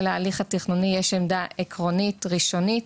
ההליך התכנוני יש עמדה עקרונית ראשונית.